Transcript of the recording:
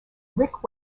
rick